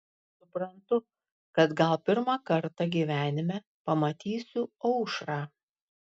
suprantu kad gal pirmą kartą gyvenime pamatysiu aušrą